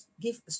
give